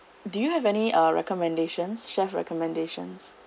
do you have any uh recommendations chef recommendations